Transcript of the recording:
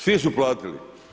Svi su platili.